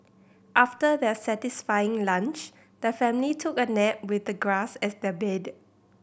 after their satisfying lunch the family took a nap with the grass as their bed